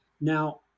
Now